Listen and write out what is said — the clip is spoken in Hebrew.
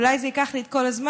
אולי זה ייקח לי את כל הזמן,